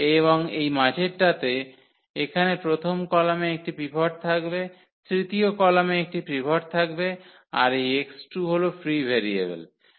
এবং এই মাঝেরটাতে এখানে প্রথম কলামে একটি পিভট থাকবে এবং তৃতীয় কলামে একটি পিভট থাকবে আর এই x2 হল ফ্রি ভেরিয়েবল